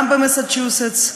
גם במסצ'וסטס,